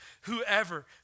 whoever